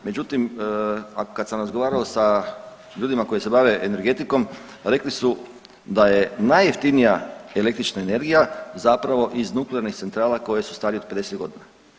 Međutim, kada sam razgovarao sa ljudima koji se bave energetikom rekli su da je najjeftinija električna energija zapravo iz nuklearnih centrala koje su starije od 50 godina.